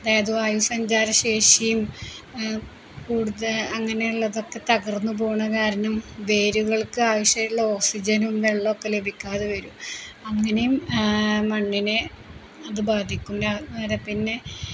അതായത് വായുസഞ്ചാരശേഷിയും കൂടുതല് അങ്ങനെയുള്ളതൊക്കെ തകർന്നുപോകുന്നതു കാരണം വേരുകൾക്ക് ആവശ്യുള്ള ഓക്സിജനും വെള്ളമൊക്കെ ലഭിക്കാതെ വരും അങ്ങനെയും മണ്ണിനെ അതു ബാധിക്കും പിന്നെ